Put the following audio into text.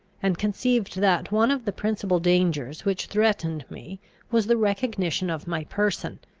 and conceived that one of the principal dangers which threatened me was the recognition of my person,